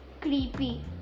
creepy